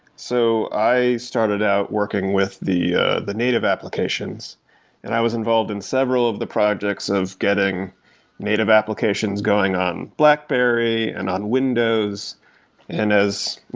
so, i started out working with the ah the native applications and i was involved in several of the projects of getting native applications going on blackberry and on windows and as, you